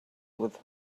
with